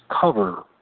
cover